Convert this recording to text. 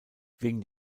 wegen